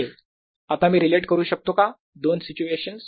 आता मी रिलेट करू शकतो का दोन सिच्युएशन्स